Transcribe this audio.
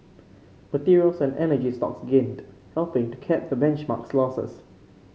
materials and energy stocks gained helping to cap the benchmark's losses